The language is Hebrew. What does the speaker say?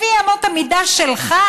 לפי אמות המידה שלך,